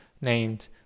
named